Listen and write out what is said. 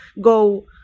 go